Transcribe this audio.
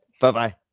Bye-bye